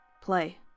Play